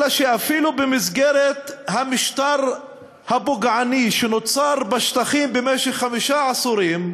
אלא שאפילו במסגרת המשטר הפוגעני שנוצר בשטחים במשך חמישה עשורים,